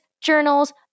journals